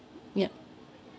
yup